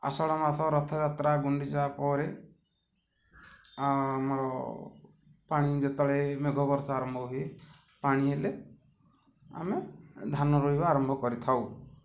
ଆଷାଢ ମାସ ରଥଯାତ୍ରା ଗୁଣ୍ଡିଚା ପରେ ଆମର ପାଣି ଯେତେବେଳେ ମେଘ ବର୍ଷା ଆରମ୍ଭ ହୁଏ ପାଣି ହେଲେ ଆମେ ଧାନ ରୋଇବା ଆରମ୍ଭ କରିଥାଉ